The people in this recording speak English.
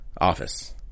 office